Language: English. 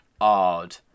odd